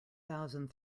thousand